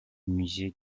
musée